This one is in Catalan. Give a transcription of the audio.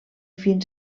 fins